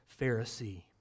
Pharisee